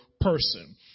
person